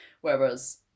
whereas